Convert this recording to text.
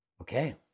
Okay